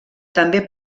també